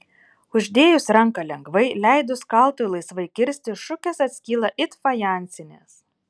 uždėjus ranką lengvai leidus kaltui laisvai kirsti šukės atskyla it fajansinės